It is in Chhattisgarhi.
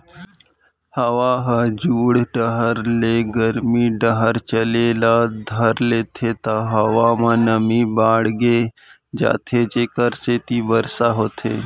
हवा ह जुड़ डहर ले गरमी डहर चले ल धर लेथे त हवा म नमी बाड़गे जाथे जेकर सेती बरसा होथे